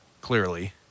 clearly